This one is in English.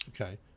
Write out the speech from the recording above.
Okay